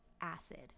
acid